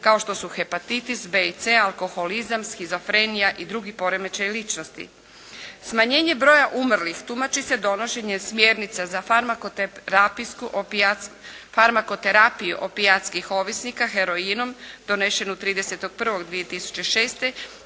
kao što su hepatitis B i C, alkoholizam, shizofrenija i drugi poremećaji ličnosti. Smanjenje broja umrlih tumači se donošenje smjernica za farmakoterapijsku, farmakoterapiju opijatskih ovisnika heroina donešenu 30.1.2006.